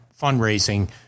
fundraising